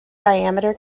diameter